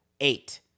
eight